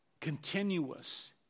continuous